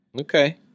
Okay